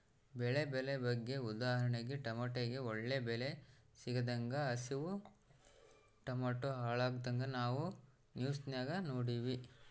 ಬೆಳೆ ಬೆಲೆ ಬಗ್ಗೆ ಉದಾಹರಣೆಗೆ ಟಮಟೆಗೆ ಒಳ್ಳೆ ಬೆಲೆ ಸಿಗದಂಗ ಅವುಸು ಟಮಟೆ ಹಾಳಾಗಿದ್ನ ನಾವು ನ್ಯೂಸ್ನಾಗ ನೋಡಿವಿ